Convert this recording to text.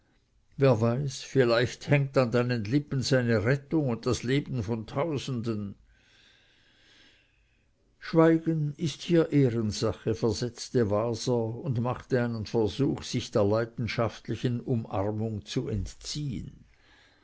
wer weiß vielleicht hängt an deinen lippen seine rettung und das leben von tausenden schweigen ist hier ehrensache versetzte waser und machte einen versuch sich der leidenschaftlichen umarmung zu entziehen